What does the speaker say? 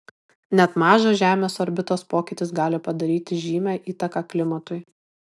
net mažas žemės orbitos pokytis gali padaryti žymią įtaką klimatui